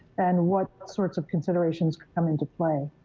and what sorts of considerations come into play?